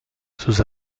sus